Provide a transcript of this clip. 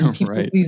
Right